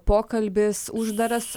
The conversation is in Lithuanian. pokalbis uždaras